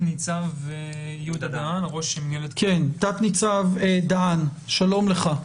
תנ"צ דהאן, שלום לך.